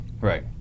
right